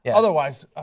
yeah otherwise